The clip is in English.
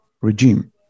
regime